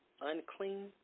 Unclean